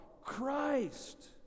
Christ